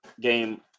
game